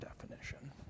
definition